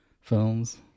films